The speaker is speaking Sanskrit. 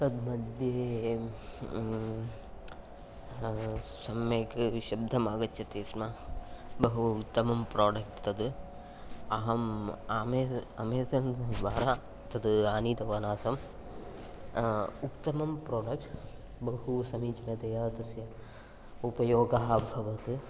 तद् मध्ये सम्यक् शब्दमागच्छति स्म बहु उत्तमं प्रोडक्ट् तद् अहम् आमे अमेज़न् द्वारा तद् आनीतवान् आसम् उत्तमं प्रोडक्ट् बहु समीचीनतया तस्य उपयोगः अभवत्